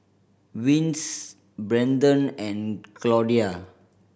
Vince Brenden and Claudia